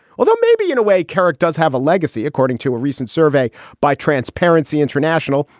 although maybe in a way, kerik does have a legacy, according to a recent survey by transparency international.